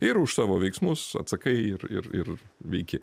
ir už savo veiksmus atsakai ir ir ir veiki